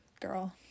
girl